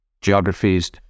geographies